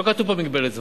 לא כתוב פה מגבלת זמן.